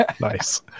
Nice